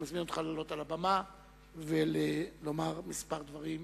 אני מזמין אותך לעלות על הבמה ולומר כמה דברים